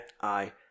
Aye